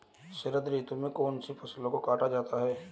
शरद ऋतु में कौन सी फसलों को काटा जाता है?